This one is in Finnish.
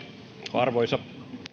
arvoisa